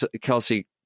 Kelsey